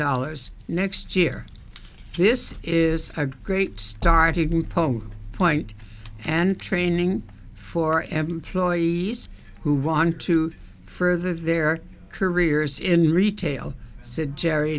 dollars next year this is a great starting point point and training for employees who want to further their careers in retail said jerry